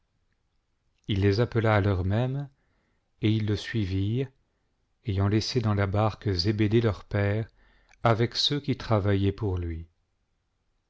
il les appela à l'heure même et ils le suivirent ayant laissé dans la barque zébédée leur père avec ceux qui travaillaient pour lui